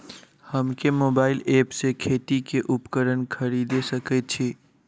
हम केँ mobile app सँ खेती केँ उपकरण खरीदै सकैत छी?